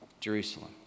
Jerusalem